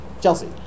Chelsea